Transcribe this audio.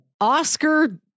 Oscar